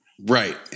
Right